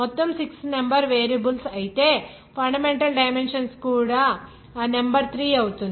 మొత్తం 6 number variables అయితే fundamental dimensions యొక్క నెంబర్ 3 అవుతుంది